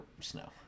snow